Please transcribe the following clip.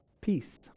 peace